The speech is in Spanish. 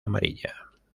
amarilla